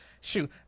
shoot